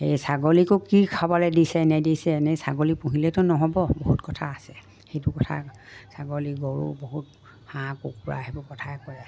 এই ছাগলীকো কি খাবলৈ দিছে নিদিছে এনেই ছাগলী পুহিলেতো নহ'ব বহুত কথা আছে সেইটো কথা ছাগলী গৰু বহুত হাঁহ কুকুৰা সেইবোৰ কথাই কৈ আছে